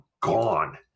gone